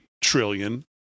trillion